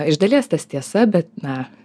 iš dalies tas tiesa bet na